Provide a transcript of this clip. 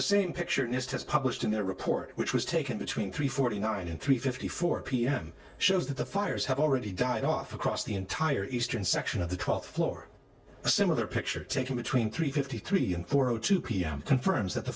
the same picture nist has published in their report which was taken between three forty nine and three fifty four p m shows that the fires have already died off across the entire eastern section of the twelfth floor a similar picture taken between three fifty three and four o two p m confirms that the